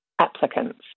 applicants